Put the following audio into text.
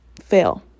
fail